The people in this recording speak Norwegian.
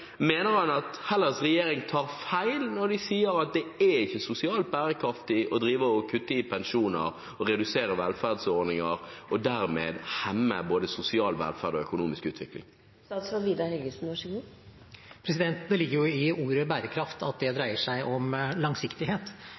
Mener han at Hellas’ regjering tar feil når den sier at det er ikke sosialt bærekraftig å drive å kutte i pensjoner og redusere velferdsordninger og dermed hemme både sosial velferd og økonomisk utvikling? Det ligger jo i ordet «bærekraft» at det dreier seg om langsiktighet,